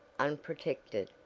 unprotected,